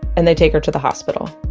and they take her to the hospital